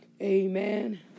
Amen